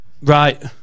Right